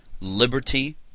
liberty